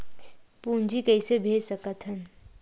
पूंजी कइसे भेज सकत हन?